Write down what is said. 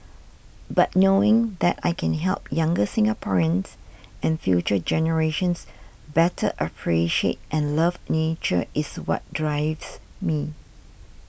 but knowing that I can help younger Singaporeans and future generations better appreciate and love nature is what drives me